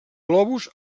globus